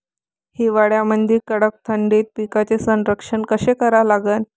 हिवाळ्यामंदी कडक थंडीत पिकाचे संरक्षण कसे करा लागन?